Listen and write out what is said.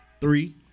three